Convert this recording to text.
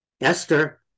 Esther